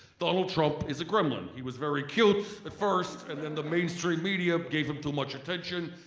donald trump is a gremlin. he was very cute at first and and the mainstream media gave him too much attention,